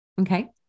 Okay